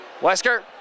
Wesker